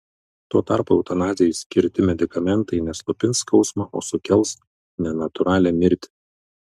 tuo tarpu eutanazijai skirti medikamentai ne slopins skausmą o sukels nenatūralią mirtį